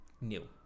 new